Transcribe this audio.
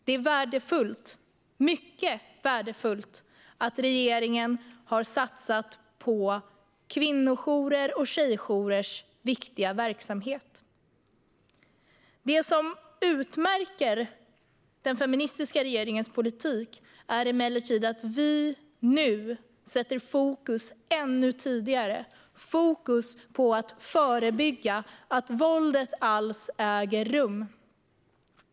Det är mycket värdefullt att regeringen har satsat på kvinno och tjejjourers viktiga verksamhet. Det som utmärker den feministiska regeringens politik är emellertid att vi nu sätter fokus ännu tidigare, för att förebygga att våldet alls äger rum.